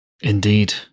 Indeed